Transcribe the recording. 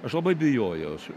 aš labai bijojau